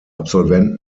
absolventen